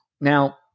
Now